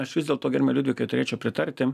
aš vis dėlto gerbiamai liudvikai turėčiau pritarti